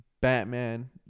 Batman